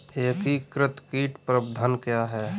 एकीकृत कीट प्रबंधन क्या है?